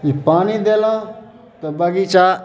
पानि देलहुँ तऽ बगीचा